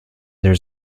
there